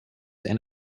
and